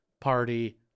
party